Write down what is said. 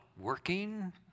working